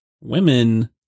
Women